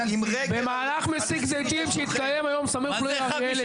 אחד משלכם הצטלם עם --- במהלך מסיק זיתים שהתקיים היום סמוך לאריאל,